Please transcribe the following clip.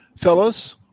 Fellas